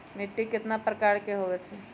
मिट्टी कतना प्रकार के होवैछे?